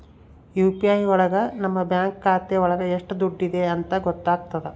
UPI ಒಳಗ ನಮ್ bank ಖಾತೆ ಒಳಗ ಎಷ್ಟ್ ದುಡ್ಡಿದೆ ಅಂತ ಗೊತ್ತಾಗ್ತದೆ